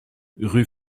rue